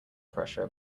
pressure